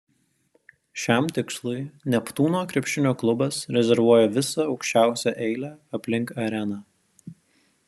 šiam tikslui neptūno krepšinio klubas rezervuoja visą aukščiausią eilę aplink areną